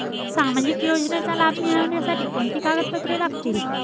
सामाजिक योजनेचा लाभ मिळण्यासाठी कोणती कागदपत्रे लागतील?